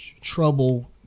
trouble